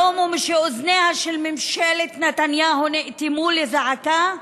היום, ומשאוזניה של ממשלת נתניהו נאטמו לזעקה,